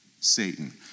Satan